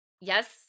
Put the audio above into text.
Yes